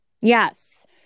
Yes